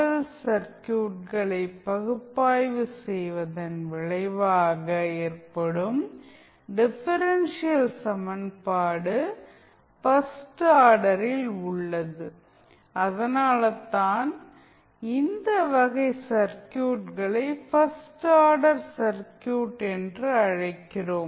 L சர்க்யூட்களை பகுப்பாய்வு செய்வதன் விளைவாக ஏற்படும் டிஃபரன்ஷியல் சமன்பாடு பர்ஸ்ட் ஆர்டரில் உள்ளது அதனால்தான் இந்த வகை சர்க்யூட்களை பர்ஸ்ட் ஆர்டர் சர்க்யூட் என்று அழைக்கிறோம்